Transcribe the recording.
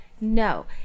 no